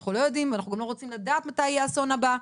אנחנו לא יודעים ואנחנו גם לא רוצים לדעת מתי יהיה האסון הבא,